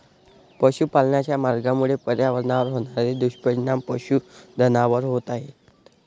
पशुपालनाच्या मार्गामुळे पर्यावरणावर होणारे दुष्परिणाम पशुधनावर होत आहेत